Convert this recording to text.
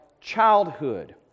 childhood